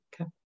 Okay